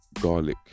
garlic